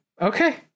Okay